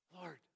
Lord